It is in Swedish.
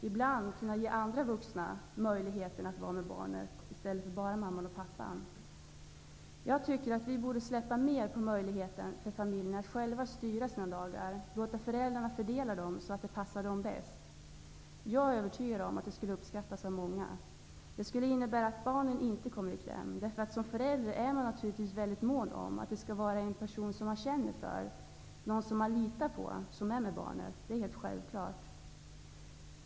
Ibland skulle det kunna innebära att andra vuxna får möjlighet att vara med barnet i stället för att bara mamman och pappan är det. Jag tycker att vi borde släppa mera på familjernas möjligheter att själva styra sina dagar och låta föräldrarna fördela dessa på det sätt som passar dem bäst. Jag är övertygad om att det skulle uppskattas av många. Det skulle innebära att barnen inte kom i kläm. Som förälder är man ju naturligtvis väldigt mån om att det är någon som man känner för och någon som man litar på som är med barnet. Det är självklart.